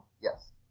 Yes